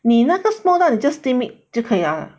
你那个 smoke duck 你 just steam it 就可以 liao 了